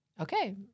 okay